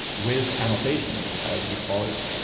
with annotations, as we call it,